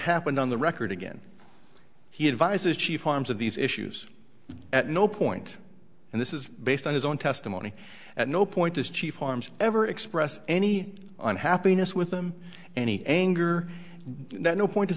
happened on the record again he advises chief harms of these issues at no point and this is based on his own testimony at no point is chief arms ever express any unhappiness with him and he anger at no point does